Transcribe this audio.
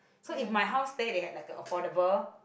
so if my house there they have like an affordable